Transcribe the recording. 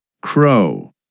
Crow